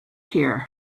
here